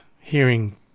hearing